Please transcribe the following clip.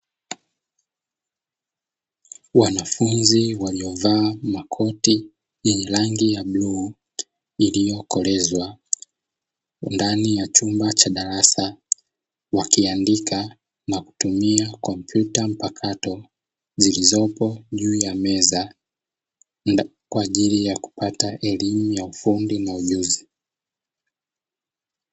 Wanafunzi waliovaa makoti yenye rangi ya bluu iliyokolezwa ndani ya chumba cha darasa wakiandika na kutumia kompyuta mpakato zilizopo juu ya meza, kwa ajili ya kupata elimu ya ufundi na ujuzi.